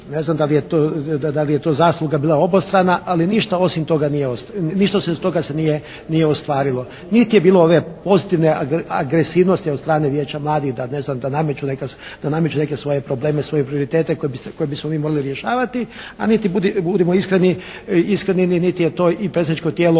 ne znam da li je to zasluga bila obostrana ali ništa osim toga, ništa se nije ostvarilo. Niti je bilo ove pozitivne agresivnosti od strane Vijeća mladih da ne znam, da nameću neke svoje probleme, svoje prioritete koje bismo mi morali rješavati a niti budimo iskreni niti je to predsjedničko tijelo